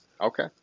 Okay